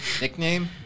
nickname